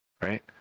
Right